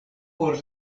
por